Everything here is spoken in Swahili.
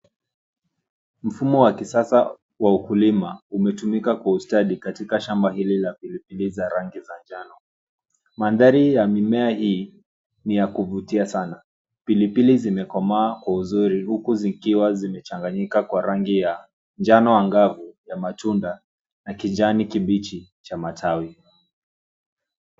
Mfumo wa kisasa wa ukulima umetumika kwa ustadi katika shamba hili la pilipili za rangi za njano. Mandhari ya mimea hii ni ya kuvutia sana. Pilipili zimekomaa kwa uzuri huku zikiwa zimechanganyika kwa rangi ya njano angavu ya matunda na kijani kibichi cha matawi.